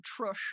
trush